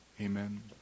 Amen